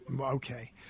okay